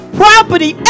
property